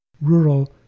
rural